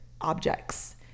objects